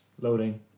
loading